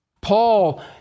Paul